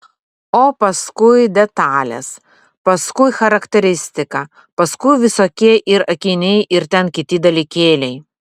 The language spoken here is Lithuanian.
o paskui detalės paskui charakteristika paskui visokie ir akiniai ir ten kiti dalykėliai